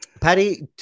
Paddy